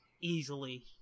easily